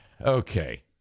okay